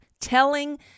telling